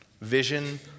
Vision